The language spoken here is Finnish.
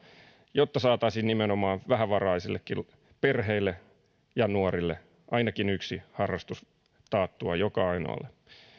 jotta saataisiin nimenomaan vähävaraisillekin perheille ja nuorille ainakin yksi harrastus taattua joka ainoalle